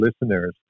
listeners